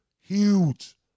Huge